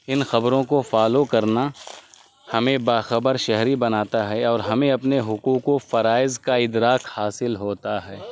ان خبروں کو فالو کرنا ہمیں باخبر شہری بناتا ہے اور ہمیں اپنے حقوق و فرائض کا ادراک حاصل ہوتا ہے